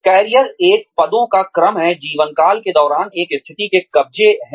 career एक पदों का क्रम है जीवनकाल के दौरान एक स्थिति के कब्जे है